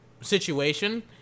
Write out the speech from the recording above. situation